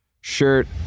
shirt